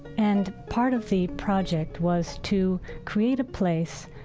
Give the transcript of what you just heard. and part of the project was to create a place,